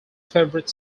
favorite